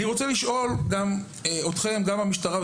אני רוצה לשאול אתכם, במשטרה,